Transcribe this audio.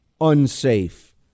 unsafe